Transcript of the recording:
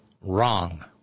wrong